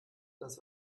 das